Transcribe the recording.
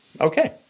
okay